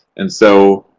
and so,